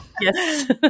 Yes